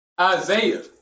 Isaiah